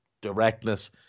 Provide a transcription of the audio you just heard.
directness